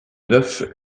neuf